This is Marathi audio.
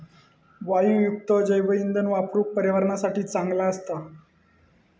वायूयुक्त जैवइंधन वापरुक पर्यावरणासाठी चांगला असता